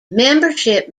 membership